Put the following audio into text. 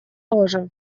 тоже